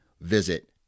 visit